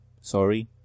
Sorry